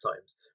times